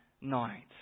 night